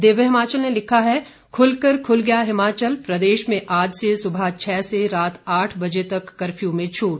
दिव्य हिमाचल ने लिखा है खुलकर खुल गया हिमाचल प्रदेश में आज से सुबह छह से रात आठ बजे तक कर्फ्यू में छूट